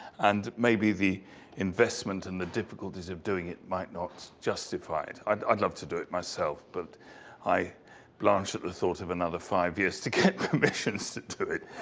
and maybe the investment and the difficulties of doing it might not justify it. i'd i'd love to do it myself but i blanch at the thought of another five years to get permissions to do it.